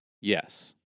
Yes